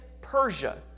Persia